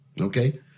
Okay